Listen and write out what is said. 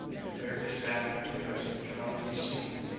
and there is that between us that cannot be seen,